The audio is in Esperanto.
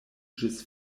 ĝis